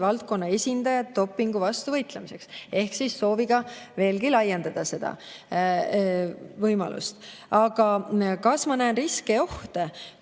spordivaldkonna esindajad dopingu vastu võitlemiseks ehk oli soov veelgi laiendada seda võimalust. Aga kas ma näen riske ja ohte?